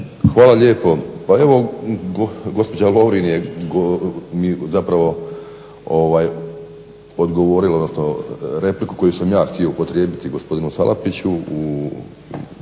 Hvala lijepo. Pa evo gospođa Lovrin je zapravo odgovorila, odnosno repliku koju sam ja htio upotrijebiti gospodinu Salapiću